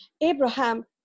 Abraham